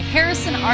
Harrison